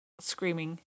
Screaming